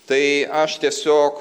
tai aš tiesiog